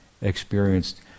experienced